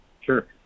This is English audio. Sure